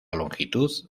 longitud